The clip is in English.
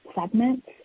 segments